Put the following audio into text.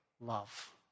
love